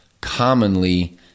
commonly